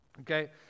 okay